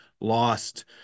lost